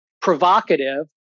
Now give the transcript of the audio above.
provocative